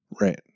Right